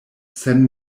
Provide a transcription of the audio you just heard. sen